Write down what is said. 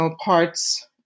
parts